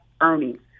earnings